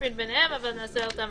גם דיונים